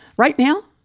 right now,